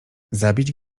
zabić